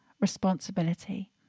responsibility